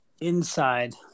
inside